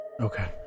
Okay